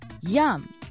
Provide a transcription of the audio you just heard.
Yum